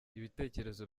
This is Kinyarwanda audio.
ibitekerezo